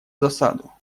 засаду